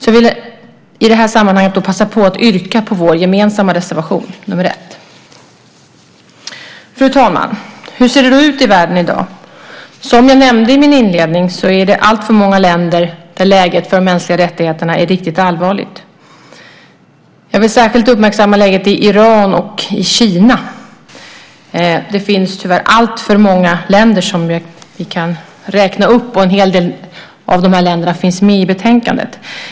Jag vill i det sammanhanget passa på att yrka bifall till vår gemensamma reservation, nr 1. Fru talman! Hur ser det då ut i världen i dag? Som jag nämnde i min inledning är det alltför många länder där läget för de mänskliga rättigheterna är riktigt allvarligt. Jag vill särskilt uppmärksamma läget i Iran och Kina. Det finns tyvärr alltför många länder som vi kan räkna upp, och en hel del av de länderna finns med i betänkandet.